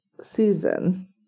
season